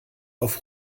auf